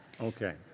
Okay